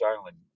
Island